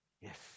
Yes